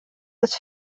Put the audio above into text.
des